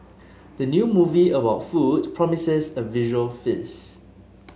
the new movie about food promises a visual feast